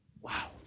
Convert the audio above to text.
Wow